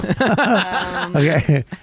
Okay